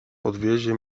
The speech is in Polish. podwiezie